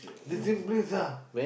the same place ah